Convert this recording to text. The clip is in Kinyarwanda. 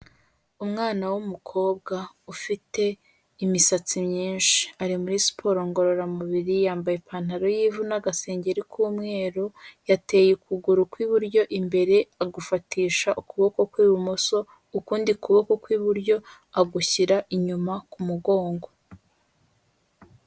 Umwana w'umukobwa ufite imisatsi myinshi, ari muri siporo ngororamubiri yambaye ipantaro y'ivu n'agasengengeri k'umweru, yateye ukuguru kw'iburyo imbere, agufatisha ukuboko kw'ibumoso, ukundi kuboko kw'iburyo agushyira inyuma ku mugongo.